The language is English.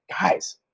guys